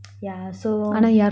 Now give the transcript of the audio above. yeah so